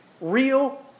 real